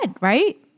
Right